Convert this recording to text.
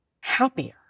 happier